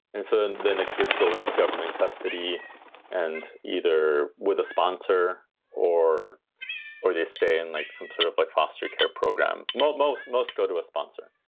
and so then the kids go into government custody and either with a sponsor or or they stay in like some sort of like foster care program. most, most, most go to a sponsor,